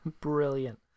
Brilliant